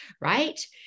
right